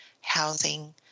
housing